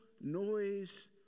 noise